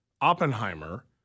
Oppenheimer